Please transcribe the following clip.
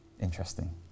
interesting